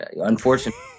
Unfortunately